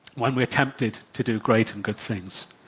when we're tempted to do great and good things.